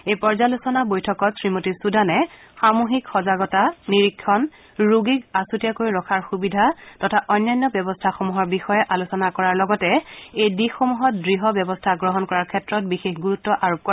এই পৰ্য্যালোচনা বৈঠকত শ্ৰীমতী চুদানে সামুহিক সজাগতা নিৰীক্ষণ ৰোগীক আছুতীয়াকৈ ৰখাৰ সুবিধা তথা অন্যান্য ব্যৱস্থাসমূহৰ বিষয়ে আলোচনা কৰাৰ লগতে এই দিশসমূহত দ্ঢ় ব্যৱস্থা গ্ৰহণ কৰাৰ ক্ষেত্ৰত বিশেষ গুৰুত্ব আৰোপ কৰে